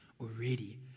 already